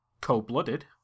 cold-blooded